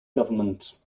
government